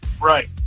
Right